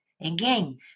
Again